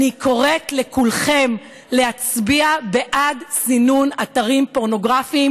אני קוראת לכולכם להצביע בעד סינון אתרים פורנוגרפיים